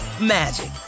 magic